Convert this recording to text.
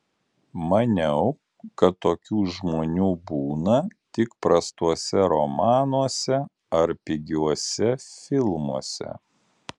maniau kad tokių žmonių būna tik prastuose romanuose ar pigiuose filmuose